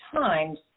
times